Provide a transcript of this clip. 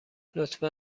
لطفا